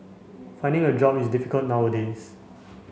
finding a job is difficult nowadays